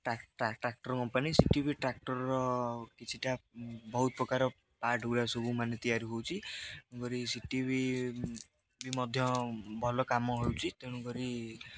tractor company ସେଠିବି ବି ଟ୍ରାକ୍ଟରର କିଛିଟା ବହୁତ ପ୍ରକାର ପାର୍ଟ ଗୁଡ଼ା ସବୁ ମାନେ ତିଆରି ହେଉଛି ତେଣୁକରି ସେଠିବି ବି ମଧ୍ୟ ଭଲ କାମ ହେଉଛି ତେଣୁକରି